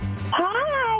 Hi